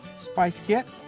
spice kit.